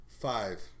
Five